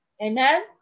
Amen